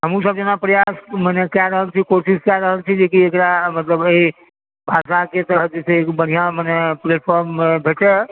हमहुँ सभ जेना प्रयास मने कै रहल छी कोशिश कै रहल छी जेकि एकरा मतलब एहि भाषाकेंँ छै जे एगो बढ़िआँ मने प्लेटफ़ॉर्म भेटै